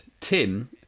Tim